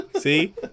See